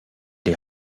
est